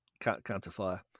counterfire